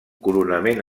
coronament